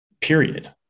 period